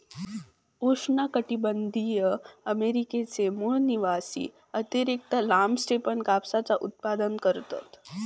उष्णकटीबंधीय अमेरिकेचे मूळ निवासी अतिरिक्त लांब स्टेपन कापसाचा उत्पादन करतत